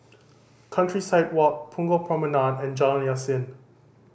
Countryside Walk Punggol Promenade and Jalan Yasin